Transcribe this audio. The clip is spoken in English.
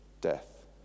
death